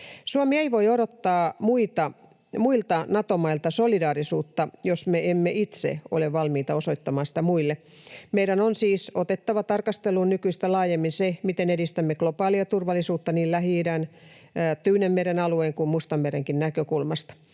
Suomi ei voi odottaa muilta Nato-mailta solidaarisuutta, jos me emme itse ole valmiita osoittamaan sitä muille. Meidän on siis otettava tarkasteluun nykyistä laajemmin se, miten edistämme globaalia turvallisuutta niin Lähi-idän, Tyynenmeren alueen kuin Mustanmerenkin näkökulmasta.